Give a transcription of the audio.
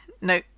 no